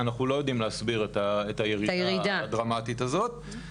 אנחנו לא יודעים להסביר את הירידה הדרמטית הזאת.